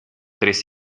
tres